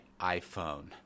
iPhone